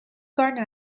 garden